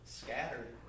scattered